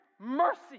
mercy